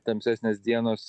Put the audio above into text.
tamsesnės dienos